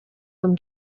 from